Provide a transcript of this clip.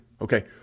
Okay